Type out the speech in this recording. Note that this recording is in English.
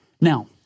Now